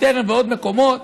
מטרם ומעוד מקומות